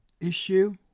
issue